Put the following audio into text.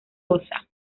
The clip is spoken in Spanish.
osa